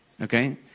Okay